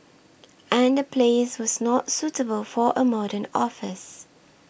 and the place was not suitable for a modern office